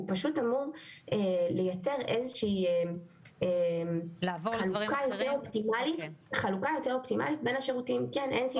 הוא פשוט אמור לייתר איזו שהיא חלוקה יותר אופטימלית בין השירותים כן.